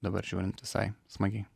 dabar žiūrint visai smagiai